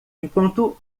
enquanto